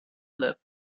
lip